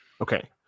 Okay